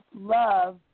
love